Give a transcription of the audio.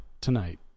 tonight